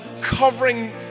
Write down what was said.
covering